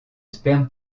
sperme